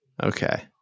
Okay